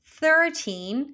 thirteen